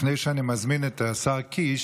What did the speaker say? לפני שאני מזמין את השר קיש,